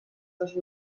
dos